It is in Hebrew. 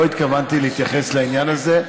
לא התכוונתי להתייחס לעניין הזה.